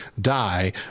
die